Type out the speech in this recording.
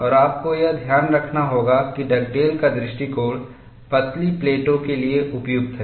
और आपको यह ध्यान रखना होगा कि डगडेल का दृष्टिकोण पतली प्लेटों के लिए उपयुक्त है